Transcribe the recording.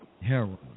heroin